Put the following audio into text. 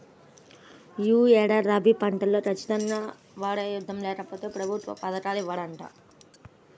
యీ ఏడాది రబీ పంటలో ఖచ్చితంగా వరే యేద్దాం, లేకపోతె ప్రభుత్వ పథకాలు ఇవ్వరంట